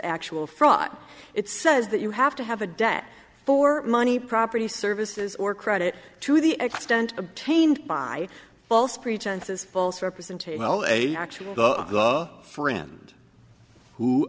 actual fraud it says that you have to have a debt for money property services or credit to the extent obtained by false pretenses false representation l a actual friend who